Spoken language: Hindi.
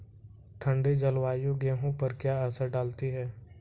ठंडी जलवायु गेहूँ पर क्या असर डालती है?